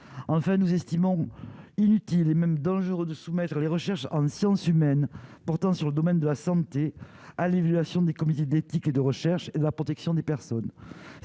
en fait nous estimons inutile et même dangereux de soumettre les recherches en sciences humaines, pourtant sur le domaine de la santé à l'évaluation des comités d'éthique et de recherche, la protection des personnes,